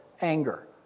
anger